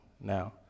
now